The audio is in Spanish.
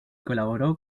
colaboró